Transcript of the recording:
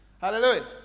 Hallelujah